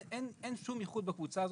אין שום ייחוד בקבוצה הזאת.